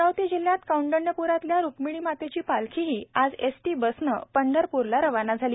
अमरावती जिल्ह्यात कौंडण्यप्रातल्या रुक्मिणीमातेची पालखीही आज एसटी बसनं पंढरपूरला रवाना झाली